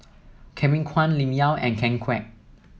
Kevin Kwan Lim Yau and Ken Kwek